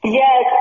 yes